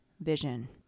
Vision